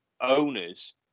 owners